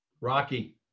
Rocky